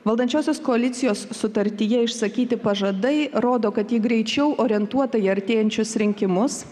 valdančiosios koalicijos sutartyje išsakyti pažadai rodo kad ji greičiau orientuota į artėjančius rinkimus